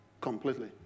completely